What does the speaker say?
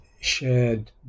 shared